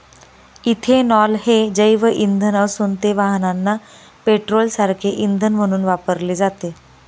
ethanol हे जैवइंधन असून ते वाहनांना पेट्रोलसारखे इंधन म्हणून वापरले जाते